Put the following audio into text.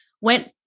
went